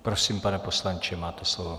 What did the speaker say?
Prosím, pane poslanče, máte slovo.